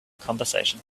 conversation